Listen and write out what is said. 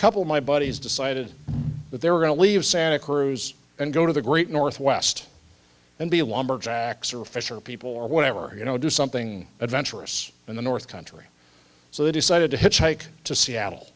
couple of my buddies decided that they were going to leave santa cruz and go to the great northwest and be a lumberjack surface or people or whatever you know do something adventurous in the north country so they decided to hitchhike to seattle